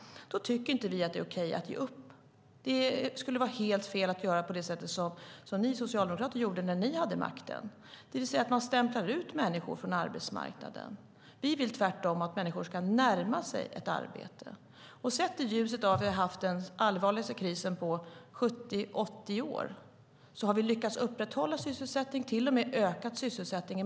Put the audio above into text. Då tycker inte vi att det är okej att ge upp. Det skulle vara helt fel att göra på det sätt som ni socialdemokrater gjorde när ni hade makten, det vill säga stämpla ut människor från arbetsmarknaden. Vi vill tvärtom att människor ska närma sig ett arbete. Sett i ljuset av att vi har haft den allvarligaste krisen på 70-80 år har vi lyckats upprätthålla sysselsättningen, till och med ökat sysselsättningen.